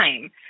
time